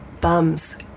bums